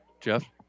Jeff